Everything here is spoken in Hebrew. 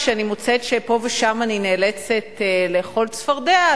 כשאני מוצאת שפה ושם אני נאלצת לאכול צפרדע,